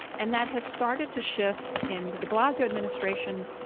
and that has started to shift in the de blasio administration.